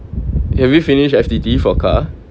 have you finished F_T_T for car